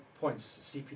points